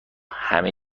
همه